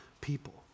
people